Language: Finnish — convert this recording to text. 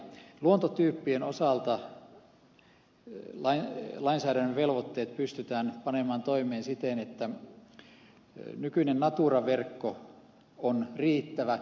luontotyyppien osalta lainsäädännön velvoitteet pystytään panemaan toimeen siten että nykyinen natura verkko on riittävä